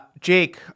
Jake